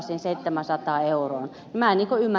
minä en ymmärrä tätä ollenkaan